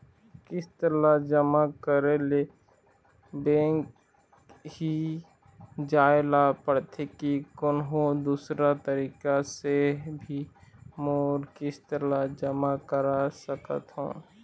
किस्त ला जमा करे ले बैंक ही जाए ला पड़ते कि कोन्हो दूसरा तरीका से भी मोर किस्त ला जमा करा सकत हो?